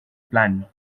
plan